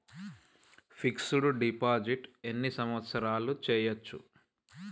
Fix డ్ deposit ఎన్ని సంవత్సరాలు చేయచ్చు?